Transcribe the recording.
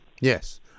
Yes